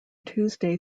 tuesday